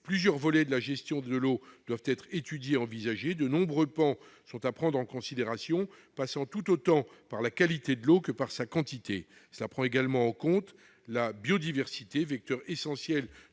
Plusieurs volets de la gestion de l'eau doivent être étudiés et envisagés : de nombreux pans sont à prendre en considération, passant tout autant par la qualité de l'eau que par sa quantité. Il faut également prendre en compte la biodiversité, vecteur essentiel